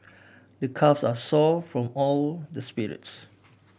my calves are sore from all the sprints